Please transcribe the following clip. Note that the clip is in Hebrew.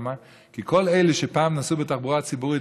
כי כל אלה שפעם נסעו בתחבורה הציבורית,